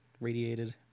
radiated